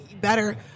better